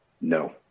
No